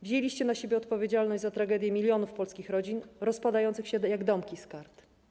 Wzięliście na siebie odpowiedzialność za tragedię milionów polskich rodzin rozpadających się jak domki z kart.